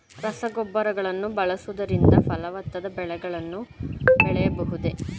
ರಸಗೊಬ್ಬರಗಳನ್ನು ಬಳಸುವುದರಿಂದ ಫಲವತ್ತಾದ ಬೆಳೆಗಳನ್ನು ಬೆಳೆಯಬಹುದೇ?